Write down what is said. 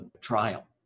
trial